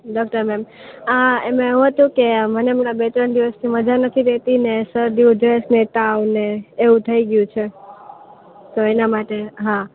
doctor ma'am આ એમાં એવું હતું કે મને એમ બે ત્રણ દિવસથી મજા નથી રહતી ને શરદી ઉધર્સને તાવને એવું થઈ ગયું છે તો એના માટે હ